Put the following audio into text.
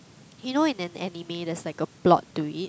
you know in an anime there's like a plot to it